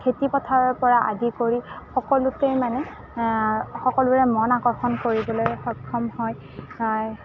খেতি পথাৰৰপৰা আদি কৰি সকলোতে মানে সকলোৰে মন আকৰ্ষণ কৰিবলৈ সক্ষম হয়